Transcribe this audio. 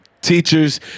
teachers